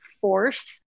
force